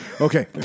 Okay